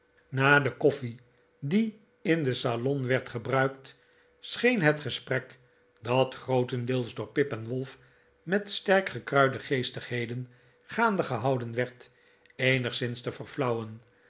na de koffie die in den salon werd gebruikt scheen het gesprek dat grootendeels door pip en wolf met sterk gekruide geestigheden gaande gehouden werd eenigszins